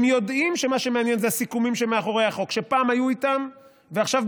הם יודעים שמה שמעניין זה הסיכומים שמאחורי החוק שפעם היו איתם ועכשיו,